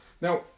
Now